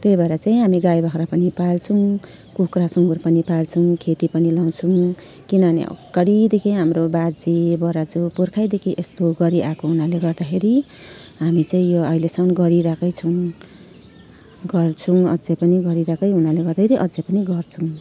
त्यही भएर चाहिँ हामी गाई बाख्रा पनि पाल्छौँ कुखुरा सुँगुर पनि पाल्छौँ खेती पनि लगाउँछौँ किन भने अघाडिदेखि हाम्रो बाजे बराजू पुर्खैदेखि यस्तो गरिआएको हुनाले गर्दाखेरि हामी चाहिँ यो अहिलेसम्म गरिरहेकै छौँ गर्छौँ अझै पनि गरिरहेकै हुनाले गर्दाखेरि अझै पनि गर्छौँ